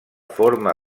forma